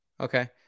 Okay